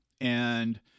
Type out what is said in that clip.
And-